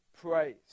praise